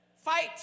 Fight